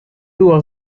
two